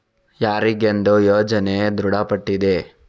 ಯಾರಿಗೆಂದು ಯೋಜನೆ ದೃಢಪಟ್ಟಿದೆ?